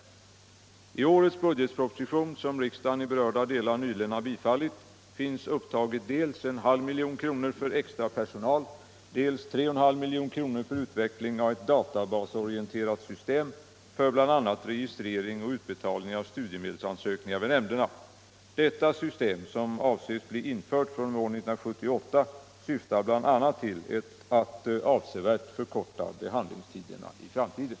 Tisdagen den I årets budgetproposition, som riksdagen i berörda delar nyligen har 27 april 1976 bifallit, finns upptaget dels en halv miljon kronor för extra personalj — dels 3,5 milj.kr. för utveckling av ett databasorienterat system för bl.a. Om åtgärder för att registrering och utbetalning av studiemedelsansökningar vid nämnderna. — nedbringa vänteti Detta system, som avses bli infört fr.o.m. år 1978, syftar bl.a. till att — den vid studiemeavsevärt förkorta behandlingstiderna i framtiden.